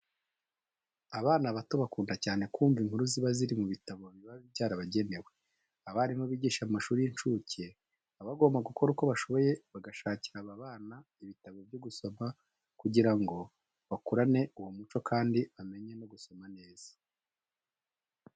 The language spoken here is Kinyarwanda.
Abana bato bakunda cyane kumva inkuru ziba ziri mu bitabo biba byarabagenewe. Abarimu bigisha mu mashuri y'incuke baba bagomba gukora uko bashoboye bagashakira aba bana ibitabo byo gusoma kugira ngo bakurane uwo muco kandi bamenye no gusoma neza.